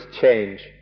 change